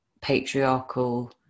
patriarchal